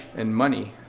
and money.